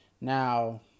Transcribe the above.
Now